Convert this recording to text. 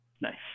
Nice